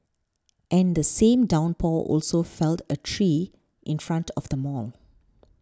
and the same downpour also felled a tree in front of the mall